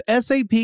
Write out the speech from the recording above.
SAP